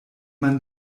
man